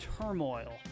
Turmoil